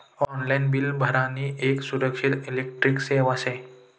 online bill भरानी येक सुरक्षित इलेक्ट्रॉनिक सेवा शे